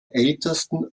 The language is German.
ältesten